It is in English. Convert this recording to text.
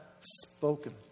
spoken